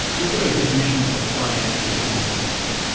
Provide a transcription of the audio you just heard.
is there a definition for financially independent?